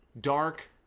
dark